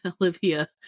Olivia